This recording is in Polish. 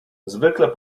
zwykle